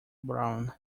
brown